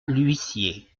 l’huissier